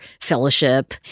fellowship